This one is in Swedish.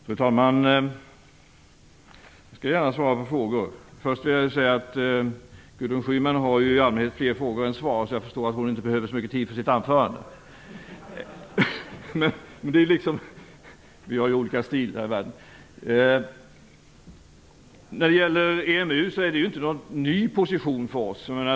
Fru talman! Jag skall gärna svara på frågor. Gudrun Schyman har i allmänhet fler frågor än svar, så jag förstår att hon inte behöver så mycket tid för sitt anförande. Vi har ju olika stil här i världen. När det gäller EMU har vi ju inte intagit någon ny position.